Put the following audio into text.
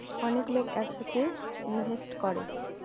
অনেক লোক এক সাথে ইনভেস্ট করে